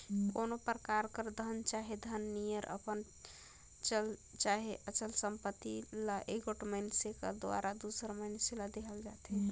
कोनो परकार कर धन चहे धन नियर अपन चल चहे अचल संपत्ति ल एगोट मइनसे कर दुवारा दूसर मइनसे ल देहल जाथे